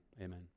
amen